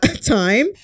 time